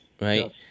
Right